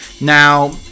Now